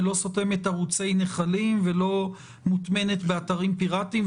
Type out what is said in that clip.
ולא סותמת ערוצי נחלים ולא מוטמנת באתרים פירטיים.